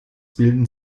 bilden